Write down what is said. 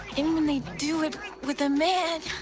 and when they do it with a man.